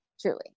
truly